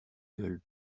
gueule